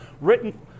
written